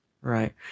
Right